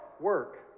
work